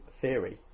theory